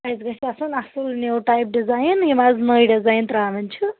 اَسہِ گژھِ آسُن اَصٕل نیوٗ ٹایپ ڈِزاین یِم آز نٔے ڈِزاین ترٛاوان چھِ